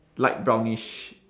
light brownish